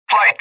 Flight